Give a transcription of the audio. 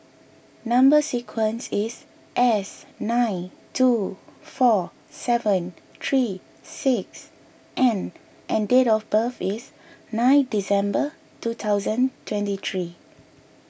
Number Sequence is S nine two four seven three six N and date of birth is nine December two thousand twenty three